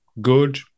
good